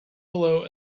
below